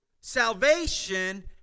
salvation